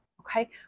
okay